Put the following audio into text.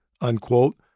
unquote